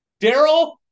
Daryl